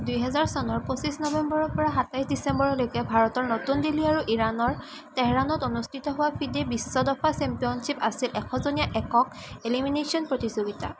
দুহেজাৰ চনৰ পঁচিছ নৱেম্বৰৰ পৰা সাতাইছ ডিচেম্বৰলৈকে ভাৰতৰ নতুন দিল্লী আৰু ইৰাণৰ তেহৰাণত অনুষ্ঠিত হোৱা ফিডে বিশ্ব দবা চেম্পিয়নশ্বিপ আছিল এশ জনীয়া একক এলিমিনেচন প্ৰতিযোগিতা